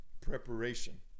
preparation